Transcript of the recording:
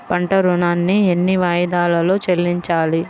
పంట ఋణాన్ని ఎన్ని వాయిదాలలో చెల్లించాలి?